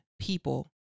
people